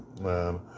man